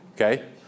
Okay